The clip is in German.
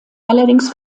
allerdings